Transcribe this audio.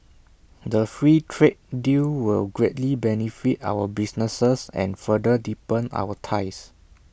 the free trade deal will greatly benefit our businesses and further deepen our ties